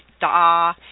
da